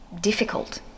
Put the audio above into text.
difficult